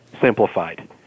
Simplified